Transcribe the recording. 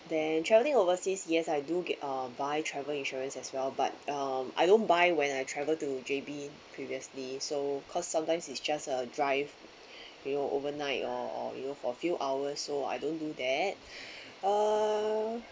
then travelling overseas yes I do get uh buy travel insurance as well but um I don't buy when I travel to J_B previously so cause sometimes is just a drive you know overnight or or you know for few hours so I don't do that uh